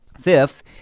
Fifth